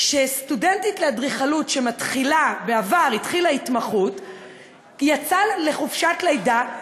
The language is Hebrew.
סטודנטית לאדריכלות שהתחילה התמחות יצאה לחופשת לידה,